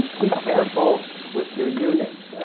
be careful with your units,